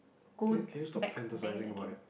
go back there again